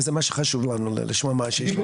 וזה מה שחשוב לנו לשמוע מה שיש לכם.